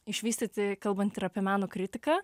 išvystyti kalbantį ir apie meno kritiką